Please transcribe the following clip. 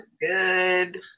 good